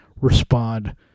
respond